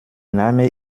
name